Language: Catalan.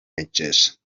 metges